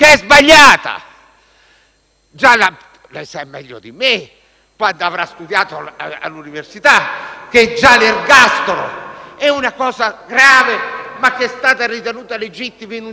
Lei sa meglio di me, in quanto lo avrà studiato all'università, che già l'ergastolo è una pena grave, ma che è stata ritenuta legittima in un certo sistema.